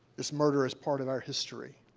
this murder is part of our history.